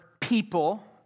people